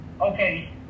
okay